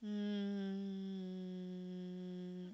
um